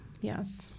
Yes